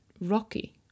rocky